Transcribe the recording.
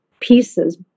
pieces